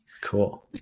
Cool